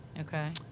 Okay